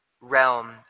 realm